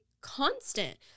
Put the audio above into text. constant